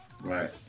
Right